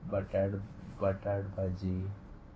बटाट बटाट भाजी